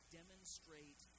demonstrate